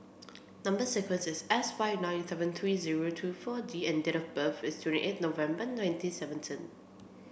number sequence is S five nine seven three zero two four D and date of birth is twenty eight November nineteen seventeen